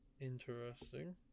Interesting